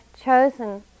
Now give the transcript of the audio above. chosen